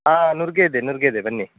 ಹಾಂ ನುಗ್ಗೆ ಇದೆ ನುಗ್ಗೆ ಇದೆ ಬನ್ನಿ